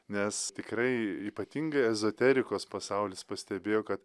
nes tikrai ypatingai ezoterikos pasaulis pastebėjo ka